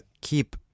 keep